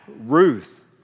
Ruth